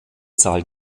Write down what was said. zahl